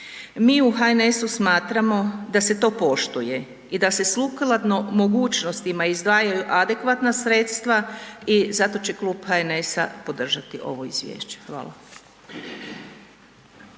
Mi u HNS-u smatramo da se to poštuje i da se sukladno mogućnostima izdvajaju adekvatna sredstva i zato će Klub HNS-a podržati ovo izvješće. Hvala.